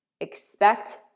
expect